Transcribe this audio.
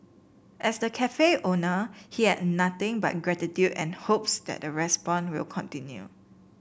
as the cafe owner he had nothing but gratitude and hopes that respond will continue